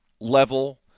level